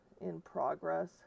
in-progress